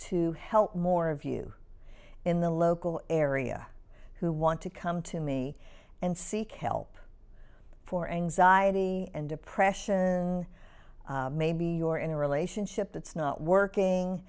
to help more of you in the local area who want to come to me and seek help for anxiety and depression maybe your in a relationship that's not working